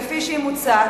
כפי שהיא מוצעת,